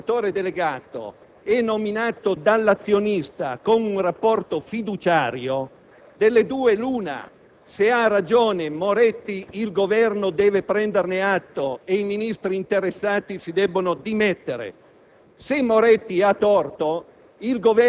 Poiché l'amministratore delegato è nominato dall'azionista con un rapporto fiduciario, delle due l'una: se ha ragione Moretti, il Governo deve prenderne atto e i Ministri interessati si devono dimettere.